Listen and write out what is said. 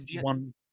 one